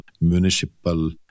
municipal